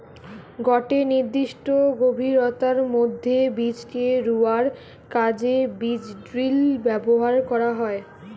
গটে নির্দিষ্ট গভীরতার মধ্যে বীজকে রুয়ার কাজে বীজড্রিল ব্যবহার করা হয়